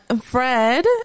Fred